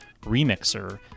remixer